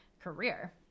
career